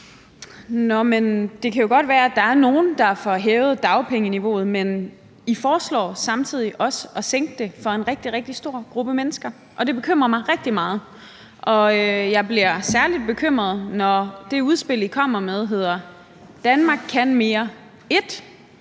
det kan jo godt være, at der er nogle, der får hævet dagpengeniveauet, men I foreslår også samtidig at sænke det for en rigtig, rigtig stor gruppe mennesker, og det bekymrer mig rigtig meget. Jeg bliver særlig bekymret, når det udspil, I kommer med, hedder »Danmark kan mere I«,